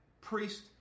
priest